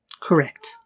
Correct